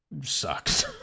sucks